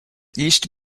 east